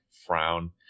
frown